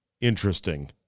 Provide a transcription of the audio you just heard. interesting